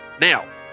Now